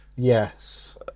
Yes